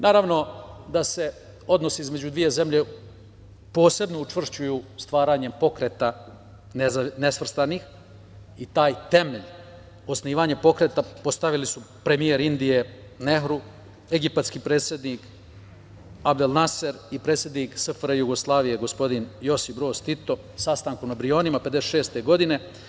Naravno da se odnosi između dve zemlje posebno učvršćuju stvaranjem Pokreta nesvrstanih i taj temelj osnivanja Pokreta postavili su premijer Indije Nehru, egipatski predsednik Abdel Naser i predsednik SFRJ gospodin Josip Broz Tito sastanku na Brionima 1956. godine.